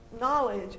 knowledge